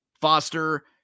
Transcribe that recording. Foster